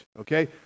okay